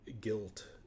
guilt